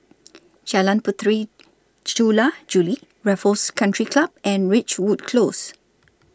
Jalan Puteri Jula Juli Raffles Country Club and Ridgewood Close